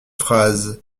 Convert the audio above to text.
phrase